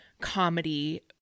comedy